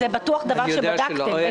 זה בטוח דבר שבדקתם.